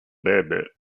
bandit